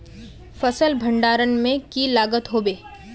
फसल भण्डारण में की लगत होबे?